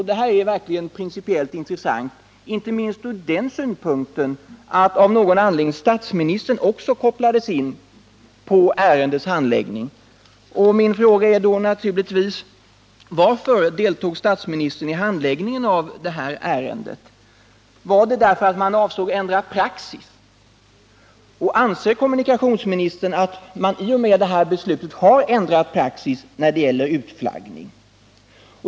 Detta är principiellt intressant inte minst ur den synpunkten att av någon anledning också statsministern kopplades in på ärendets handläggning. Min fråga är då naturligtvis: Varför deltog statsministern i handläggningen av detta ärende — var det därför att man avsåg att ändra praxis, och anser kommunikationsministern att man i och med detta beslut har ändrat praxis när det gäller utflaggning?